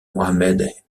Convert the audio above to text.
mohamed